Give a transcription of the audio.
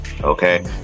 Okay